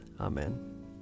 Amen